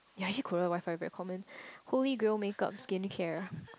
ya Korea WiFi is very common Holy Grail make up skin care